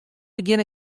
begjin